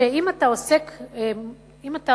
ואם אתה